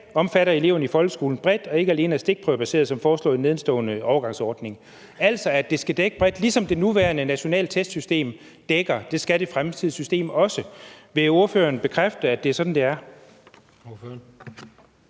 omfatter eleverne i folkeskolen bredt og ikke alene er stikprøvebaseret, som foreslået i nedenstående overgangsordning. Altså at det skal dække bredt; ligesom det nuværende nationale testsystem, skal det fremtidige system også gøre det. Vil ordføreren bekræfte, at det er sådan, det er?